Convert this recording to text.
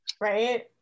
right